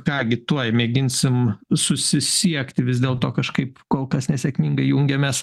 ką gi tuoj mėginsim susisiekt vis dėlto kažkaip kol kas nesėkmingai jungiamės